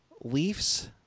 Leafs